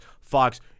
Fox